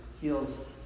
heals